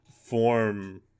form